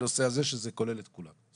שזה כולל את כולם.